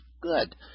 good